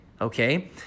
okay